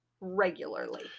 Regularly